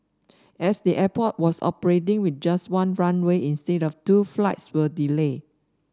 as the airport was operating with just one runway instead of two flights were delayed